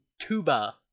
Tuba